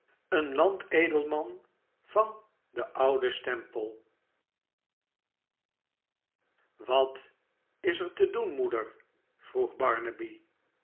een landedelman van den ouden stempel wat is er te doen moeder vroeg